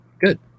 Good